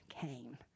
came